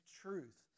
truth